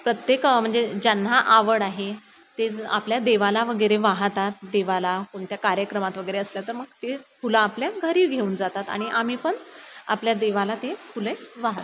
प्रत्येक म्हणजे ज्यांना आवड आहे ते आपल्या देवाला वगैरे वाहतात देवाला कोणत्या कार्यक्रमात वगैरे असल्या तर मग ते फुलं आपल्या घरी घेऊन जातात आणि आम्ही पण आपल्या देवाला ते फुले वाहतो